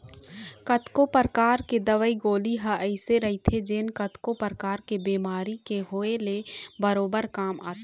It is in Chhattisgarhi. कतको परकार के दवई गोली ह अइसे रहिथे जेन कतको परकार के बेमारी के होय ले बरोबर काम आथे